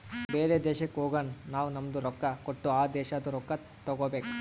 ಬೇರೆ ದೇಶಕ್ ಹೋಗಗ್ ನಾವ್ ನಮ್ದು ರೊಕ್ಕಾ ಕೊಟ್ಟು ಆ ದೇಶಾದು ರೊಕ್ಕಾ ತಗೋಬೇಕ್